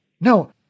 No